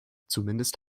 zumindest